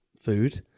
Food